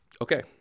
Okay